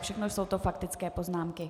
Všechno jsou to faktické poznámky.